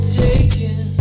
taken